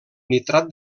nitrat